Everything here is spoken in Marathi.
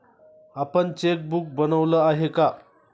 आपण चेकबुक बनवलं आहे का?